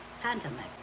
pandemic